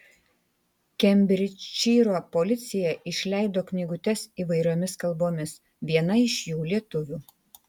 kembridžšyro policija išleido knygutes įvairiomis kalbomis viena iš jų lietuvių